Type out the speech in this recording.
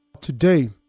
Today